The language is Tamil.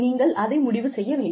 நீங்கள் அதை முடிவு செய்ய வேண்டும்